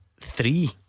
Three